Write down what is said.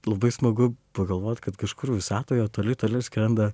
labai smagu pagalvot kad kažkur visatoje toli toli skrenda